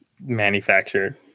manufactured